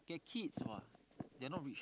get kids [what] they are not rich